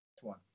one